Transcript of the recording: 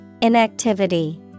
Inactivity